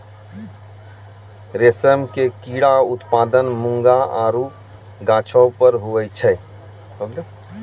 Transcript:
रेशम के कीड़ा उत्पादन मूंगा आरु गाछौ पर हुवै छै